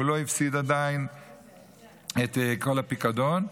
הוא עדיין לא הפסיד את כל הפיקדון,